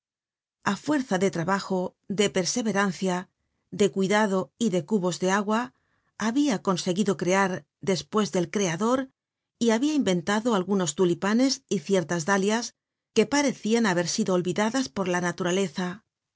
a fuerza de trabajo de perseverancia de cuidado y de cubos de agua habia conseguido crear despues del creador y habia inventado algunos tulipanes y ciertas dalias que parecian haber sido olvidadas por la naturaleza